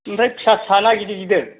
ओमफ्राय फिसा फिसा ना गिदिर गिदिर